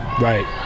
Right